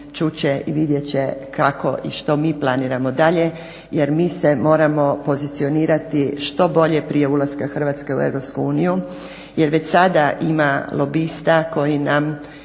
će i vidjet će kako i što mi planiramo dalje jer mi se moramo pozicionirati što bolje prije ulaska Hrvatske u EU jer već sada ima lobista koji nam